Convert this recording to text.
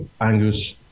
angus